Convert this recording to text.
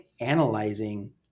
analyzing